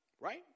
Right